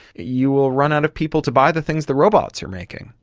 you will run out of people to buy the things the robots are making.